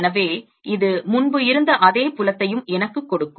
எனவே இது முன்பு இருந்த அதே புலத்தையும் எனக்குக் கொடுக்கும்